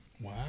Wow